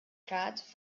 trat